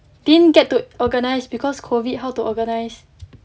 didn't get to organise because it's COVID how to organise